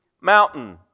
mountain